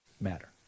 matter